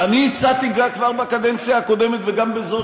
שאני הצעתי כבר בקדנציה הקודמת וגם בזאת